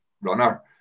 runner